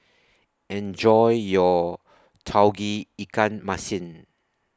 Enjoy your Tauge Ikan Masin